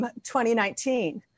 2019